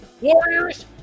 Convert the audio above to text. Warriors